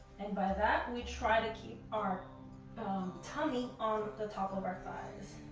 and by that, we try to keep our tummy on the top of our thighs.